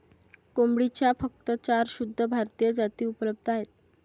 कोंबडीच्या फक्त चार शुद्ध भारतीय जाती उपलब्ध आहेत